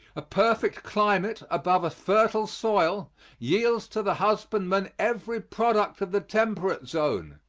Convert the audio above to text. a perfect climate above a fertile soil yields to the husbandman every product of the temperate zone.